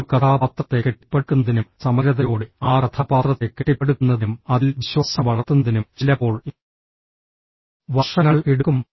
ഒരു കഥാപാത്രത്തെ കെട്ടിപ്പടുക്കുന്നതിനും സമഗ്രതയോടെ ആ കഥാപാത്രത്തെ കെട്ടിപ്പടുക്കുന്നതിനും അതിൽ വിശ്വാസം വളർത്തുന്നതിനും ചിലപ്പോൾ വർഷങ്ങൾ എടുക്കും